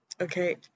okay